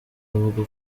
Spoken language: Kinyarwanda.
bavuga